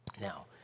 Now